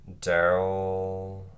Daryl